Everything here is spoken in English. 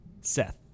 Seth